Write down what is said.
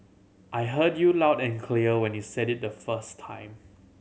I heard you loud and clear when you said it the first time